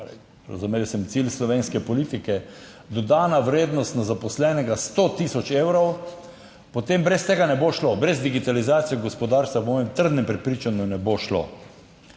razumel sem cilj slovenske politike, dodana vrednost na zaposlenega 100 tisočevrov, potem brez tega ne bo šlo, brez digitalizacije gospodarstva po mojem trdnem prepričanju ne bo šlo.